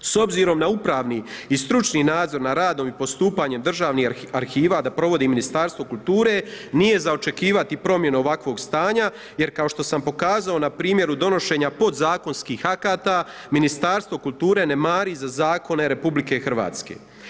S obzirom na upravni i stručni nadzor nad radom i postupanje državnih arhiva, da provodi Ministarstvo kulture, nije za očekivati promjenu ovakvog stanja, jer kao što sam pokazao na primjeru donošenja podzakonskih akata Ministarstvo kulture ne mari za zakone RH.